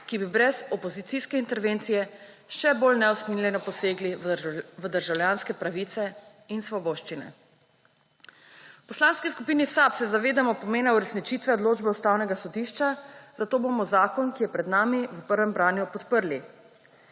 ki bi brez opozicijske intervencije še bolj neusmiljeno posegli v državljanske pravice in svoboščine. V Poslanski skupini SAB se zavedamo pomena uresničitve odločbe Ustavnega sodišča, zato bomo zakon, ki je pred nami, v prvem branju podprli.